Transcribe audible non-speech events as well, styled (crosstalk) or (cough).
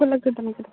(unintelligible)